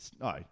No